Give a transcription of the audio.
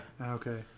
Okay